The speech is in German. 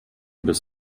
bis